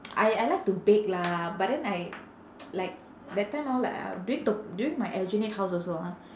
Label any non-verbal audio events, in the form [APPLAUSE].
I I like to bake lah but then I [NOISE] like that time hor like I during t~ during my aljunied house also ah